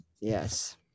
Yes